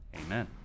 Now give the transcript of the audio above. Amen